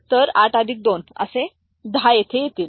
तर 8 अधिक 2 10 तेथे असतील